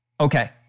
Okay